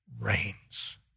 reigns